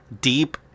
deep